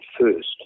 first